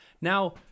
now